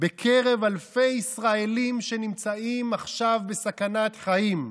בקרב אלפי ישראלים, והם נמצאים עכשיו בסכנת חיים.